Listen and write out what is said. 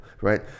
right